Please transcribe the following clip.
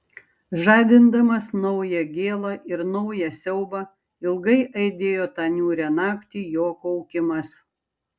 žadindamas naują gėlą ir naują siaubą ilgai aidėjo tą niūrią naktį jo kaukimas